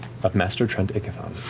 of master trent ikithon.